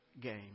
game